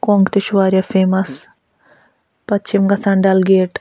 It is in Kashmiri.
کۄنٛگ تہِ چھُ واریاہ فٮ۪مَس پَتہٕ چھِ یِم گژھان ڈَل گیٹ